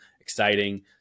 exciting